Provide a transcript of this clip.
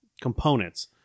components